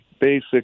basic